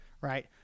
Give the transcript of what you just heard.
Right